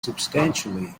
substantially